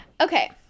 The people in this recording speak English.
okay